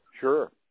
Sure